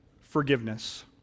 forgiveness